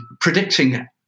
predicting